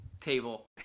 Table